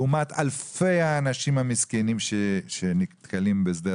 לעומת אלפי האנשים המסכנים שנתקלים בשדה